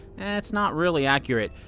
that's not really accurate.